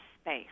space